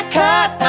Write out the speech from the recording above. cut